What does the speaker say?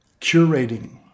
curating